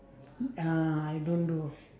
uh I don't do